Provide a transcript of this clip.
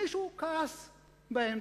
מישהו כעס באמצע.